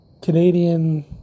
Canadian